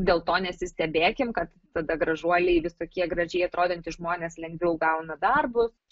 dėl to nesistebėkim kad tada gražuoliai visokie gražiai atrodantys žmonės lengviau gauna darbus